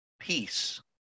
peace